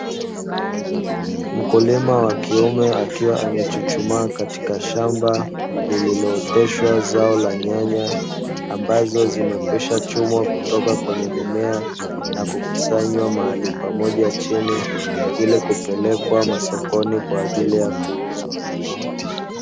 Mkulima wa kiume akiwa amechuchumaa katika shamba lililooteshwa zao la nyanya, ambazo zimekwisha chumwa toka kwenye mimea na kukusanywa mahali pamoja chini, ili kupelekwa masokoni kwa ajili ya kuuzwa.